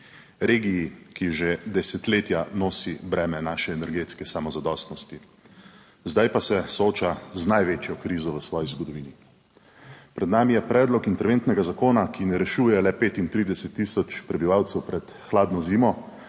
regiji, ki že desetletja nosi breme naše energetske samozadostnosti, zdaj pa se sooča z največjo krizo v svoji zgodovini. Pred nami je predlog interventnega zakona, ki ne rešuje le 35 tisoč prebivalcev pred hladno zimo,